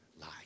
lie